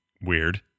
weird